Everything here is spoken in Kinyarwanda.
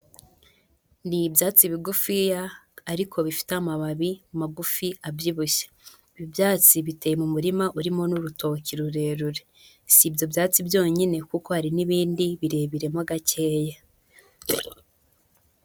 Ni ibyatsi bigufiya ariko bifite amababi magufi abyibushye. Ibi byatsi biteye mu murima urimo n'urutoki rurerure. Si ibyo byatsi byonyine kuko hari n'ibindi birebire mo gakeya.